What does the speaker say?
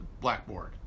blackboard